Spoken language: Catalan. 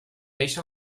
peix